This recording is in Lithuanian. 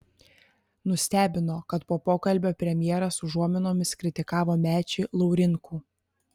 nustebino kad po pokalbio premjeras užuominomis kritikavo mečį laurinkų